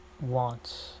wants